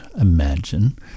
imagine